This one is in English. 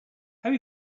have